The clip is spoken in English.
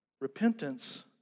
Repentance